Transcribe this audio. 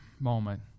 moment